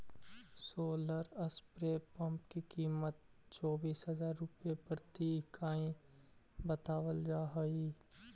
solar spray pump की कीमत चौबीस हज़ार रुपए प्रति इकाई बतावल जा हई